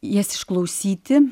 jas išklausyti